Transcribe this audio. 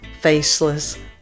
faceless